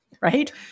Right